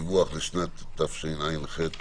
דיווח לשנת תשע"ח-תשע"ט,